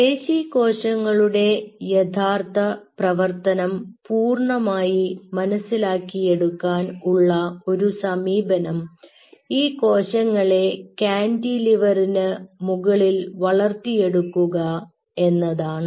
പേശി കോശങ്ങളുടെ യഥാർത്ഥ പ്രവർത്തനം പൂർണ്ണമായി മനസ്സിലാക്കിയെടുക്കാൻ ഉള്ള ഒരു സമീപനം ഈ കോശങ്ങളെ കാന്റിലിവറിന് മുകളിൽ വളർത്തിയെടുക്കുക എന്നതാണ്